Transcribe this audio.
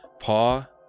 paw